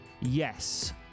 Yes